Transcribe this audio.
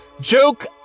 Joke